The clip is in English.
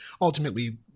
ultimately